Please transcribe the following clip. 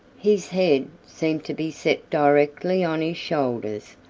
his head seemed to be set directly on his shoulders,